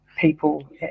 people